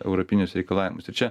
europinius reikalavimus ir čia